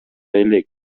элек